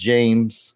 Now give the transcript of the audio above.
James